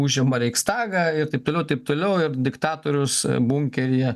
užima reichstagą ir taip toliau taip toliau ir diktatorius bunkeryje